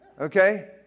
Okay